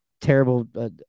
terrible –